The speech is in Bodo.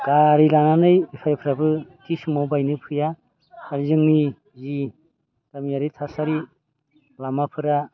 गारि लानानै बेफारिफ्राबो थि समाव बायनो फैया ओमफ्राय जोंनि जि गामियारि थासारि लामाफोरा